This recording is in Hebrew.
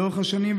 לאורך השנים,